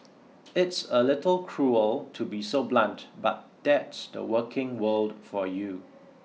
it's a little cruel to be so blunt but that's the working world for you